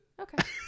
okay